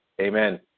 amen